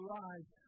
lives